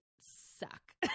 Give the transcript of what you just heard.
suck